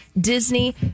Disney